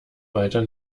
weiter